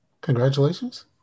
Congratulations